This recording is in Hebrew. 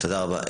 תודה רבה.